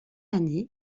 année